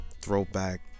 throwback